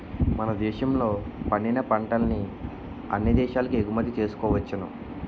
మన దేశంలో పండిన పంటల్ని అన్ని దేశాలకు ఎగుమతి చేసుకోవచ్చును